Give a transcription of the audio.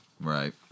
Right